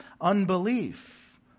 unbelief